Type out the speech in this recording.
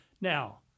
now